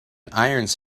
irons